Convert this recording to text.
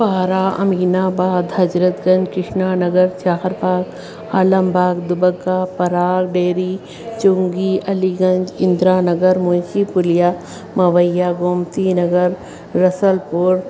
पारा Aminabad Hazratganj Krishna Nagar Charbagh Alambagh Dubagga Parag dairy Chungi Aliganj Indira Nagar Munshi Puliya मवैयागो मती नगर रसलपुर